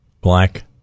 Black